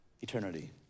eternity